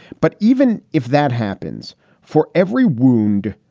but even if that happens for every wound,